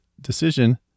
decision